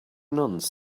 nuns